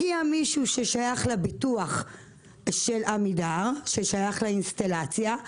הגיע מישהו מהביטוח של עמידר ששייך לאינסטלציה,